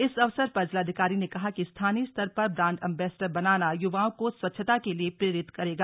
इस अवसर पर जिलाधिकारी ने कहा कि स्थानीय स्तर पर ब्रान्ड एम्बेसडर बनाना युवाओं को स्वच्छता के लिये प्रेरित करेगा